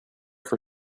for